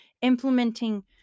implementing